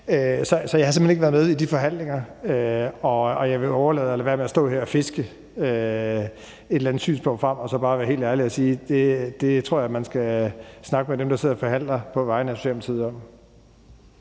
Så jeg har simpelt hen ikke været med i de forhandlinger, og jeg vil lade være med at stå her og fiske et eller andet synspunkt frem og så bare være helt ærlig og sige: Det tror jeg man skal snakke med dem, der sidder og forhandler på vegne af Socialdemokratiet, om.